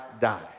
die